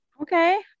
Okay